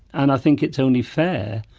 and i think it's only fair.